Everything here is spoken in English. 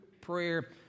prayer